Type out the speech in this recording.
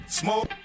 smoke